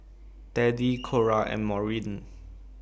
Teddie Cora and Maureen